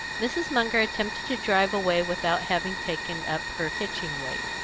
mrs. munger attempted to drive away without having taken up her hitching weight.